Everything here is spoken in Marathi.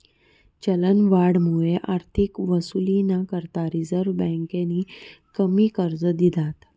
चलनवाढमुये आर्थिक वसुलीना करता रिझर्व्ह बँकेनी कमी कर्ज दिधात